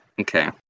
okay